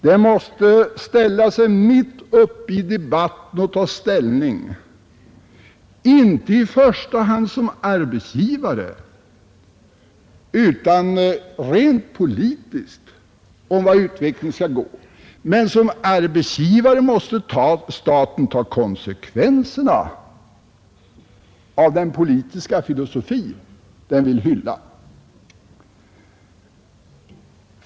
Den måste ställa sig mitt uppe i debatten och ta ställning — inte i första hand som arbetsgivare utan rent politiskt — till vart utvecklingen skall gå, men som arbetsgivare måste staten ta konsekvenserna av den politiska filosofi den vill hylla.